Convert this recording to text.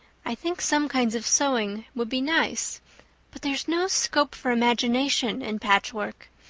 i think some kinds of sewing would be nice but there's no scope for imagination in patchwork.